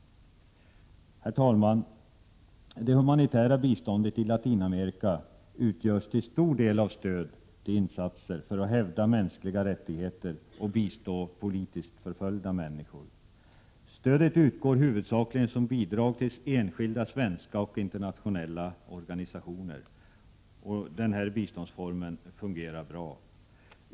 Herr talman! Det humanitära biståndet till Latinamerika utgörs till stor del av stöd till insatser för att hävda mänskliga rättigheter och bistå politiskt förföljda människor. Stödet utgår huvudsakligen som bidrag till enskilda svenska och internationella organisationer. Denna biståndsform fungerar bra.